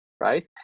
right